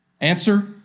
Answer